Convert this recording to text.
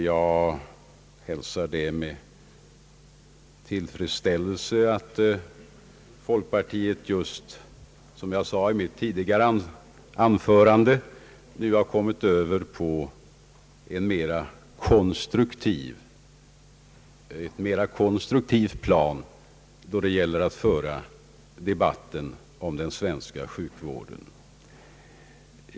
Jag hälsar med tillfredsställelse att folkpartiet, som jag sade i mitt tidigare anförande, nu har kommit över på ett mer konstruktivt plan då det gäller att föra debatten om den svenska sjukvården.